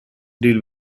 deal